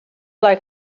like